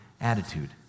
attitude